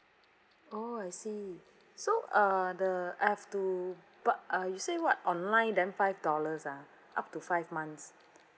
oh I see so uh the I have to but uh you say what online then five dollars ah up to five months